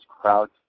crowd